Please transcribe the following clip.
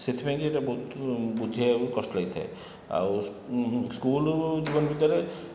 ସେଥିପାଇଁକା ଏଇଟା ବହୁତ ବୁଝେଇବା ବି କଷ୍ଟ ଲାଗିଥାଏ ଆଉ ସ୍କୁଲ ଜୀବନ ଭିତରେ